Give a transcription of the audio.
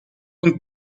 und